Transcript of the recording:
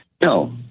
No